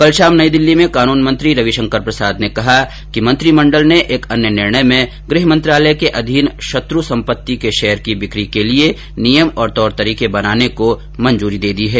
कल शाम नई दिल्ली में कानून मंत्री रविशंकर प्रसाद ने कहा मंत्रिमंडल ने एक अन्य निर्णय में गृहमंत्रालय के अधीन शत्र संपति के शेयर की बिक्री के लिए नियम और तौर तरीके बनाने को मंजूरी दे दी है